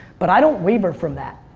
but i don't waver from that.